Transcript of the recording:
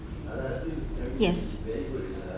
yes